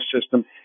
system